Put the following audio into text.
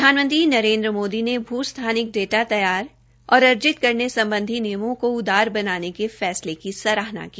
प्रधानमंत्री नरेन्द्र मोदी ने भू स्थानिक डाटा तैयार और अर्जित करने सम्बधी नियमों को उदार बनाने के फैसले की सराहना की